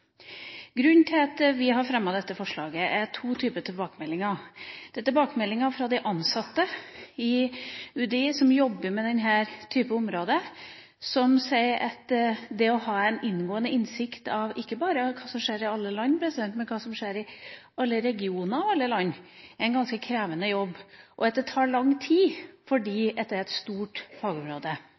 Grunnen til at vi har fremmet dette forslaget, er to typer tilbakemeldinger. Det er tilbakemeldinger fra de ansatte i UDI, som jobber med denne typen områder, som sier at det å ha en inngående innsikt ikke bare i hva som skjer i alle land, men i hva som skjer i alle regioner og alle land, er en ganske krevende jobb, og at det tar lang tid fordi det er et stort fagområde.